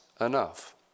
enough